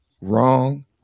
wrong